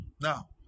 now